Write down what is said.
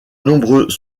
nombreux